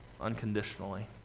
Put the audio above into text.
unconditionally